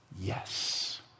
yes